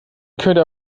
könnte